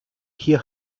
hier